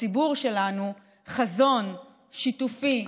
לציבור שלנו חזון שיתופי,